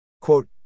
Quote